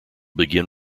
begin